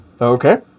Okay